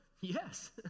Yes